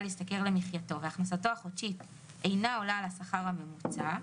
להשתכר למחייתו והכנסתו החודשית אינה עולה על השכר הממוצע,